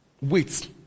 Wait